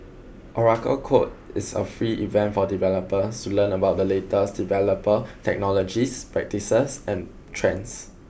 Oracle Code is a free event for developers to learn about the latest developer technologies practices and trends